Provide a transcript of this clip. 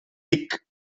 tic